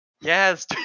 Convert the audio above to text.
Yes